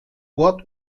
port